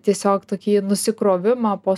tiesiog tokį nusikrovimą po